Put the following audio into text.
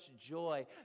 joy